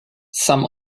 some